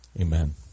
Amen